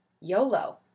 YOLO